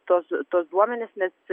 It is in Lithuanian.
tuos tuos duomenis nes